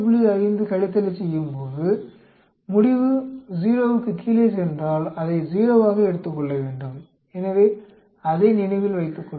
5 கழித்தலைச் செய்யும்போது முடிவு 0 க்குக் கீழே சென்றால் அதை 0 ஆக எடுத்துக் கொள்ள வேண்டும் எனவே அதை நினைவில் கொள்ளுங்கள்